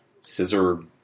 scissor